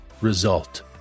Result